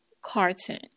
Carton